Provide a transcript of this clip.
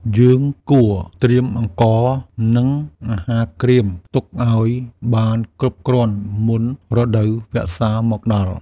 យើងគួរត្រៀមអង្ករ និងអាហារក្រៀមទុកឱ្យបានគ្រប់គ្រាន់មុនរដូវវស្សាមកដល់។